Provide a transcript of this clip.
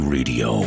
Radio